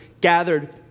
gathered